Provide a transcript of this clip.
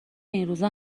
اینروزا